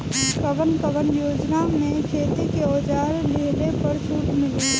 कवन कवन योजना मै खेती के औजार लिहले पर छुट मिली?